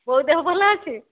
ବୋଉ ଦେହ ଭଲ ଅଛି